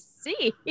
see